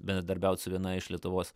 bendradarbiaut su viena iš lietuvos